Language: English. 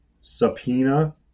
subpoena